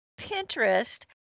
pinterest